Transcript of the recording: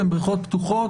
הן בריכות פתוחות,